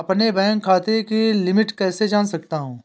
अपने बैंक खाते की लिमिट कैसे जान सकता हूं?